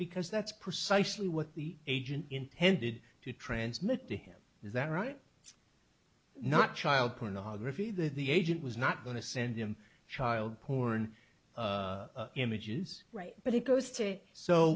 because that's precisely what the agent intended to transmit to him is that right not child pornography that the agent was not going to send him child porn images right but it